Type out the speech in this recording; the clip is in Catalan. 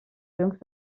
joncs